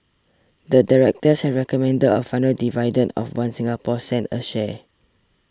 the directors have recommended a final dividend of One Singapore cent a share